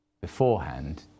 beforehand